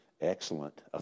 Excellent